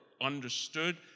understood